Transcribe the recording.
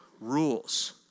rules